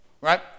right